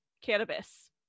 cannabis